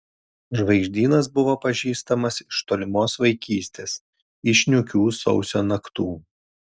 žvaigždynas buvo pažįstamas iš tolimos vaikystės iš niūkių sausio naktų